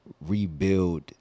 rebuild